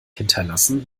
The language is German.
hinterlassen